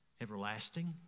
everlasting